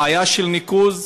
בעיה של ניקוז.